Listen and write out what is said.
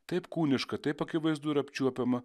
taip kūniška taip akivaizdu ir apčiuopiama